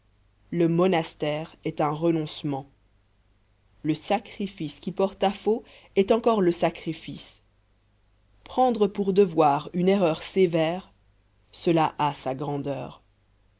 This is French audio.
le monastère est un renoncement le sacrifice qui porte à faux est encore le sacrifice prendre pour devoir une erreur sévère cela a sa grandeur